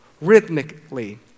rhythmically